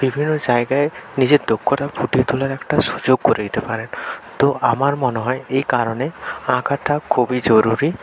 বিভিন্ন জায়গায় নিজের দক্ষতা ফুটিয়ে তোলার একটা সুযোগ করে দিতে পারেন তো আমার মনে হয় এই কারণে আঁকাটা খুবই জরুরি